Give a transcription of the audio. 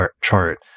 chart